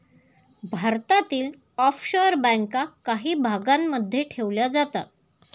भारतातील ऑफशोअर बँका काही भागांमध्ये ठेवल्या जातात